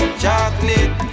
chocolate